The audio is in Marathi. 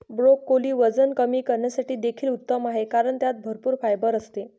ब्रोकोली वजन कमी करण्यासाठी देखील उत्तम आहे कारण त्यात भरपूर फायबर असते